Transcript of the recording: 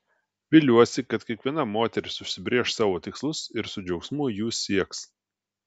viliuosi kad kiekviena moteris užsibrėš savo tikslus ir su džiaugsmu jų sieks